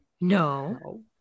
no